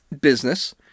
business